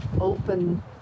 open